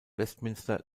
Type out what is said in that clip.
westminster